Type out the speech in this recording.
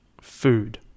food